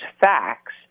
facts